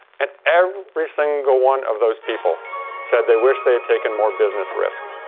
and every single one of those people said they wish they've taken more business risk.